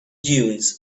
dunes